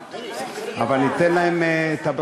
אבל ניתן להם את הברכות.